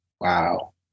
Wow